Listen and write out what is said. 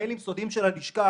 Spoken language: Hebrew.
מיילים סודיים של הלשכה,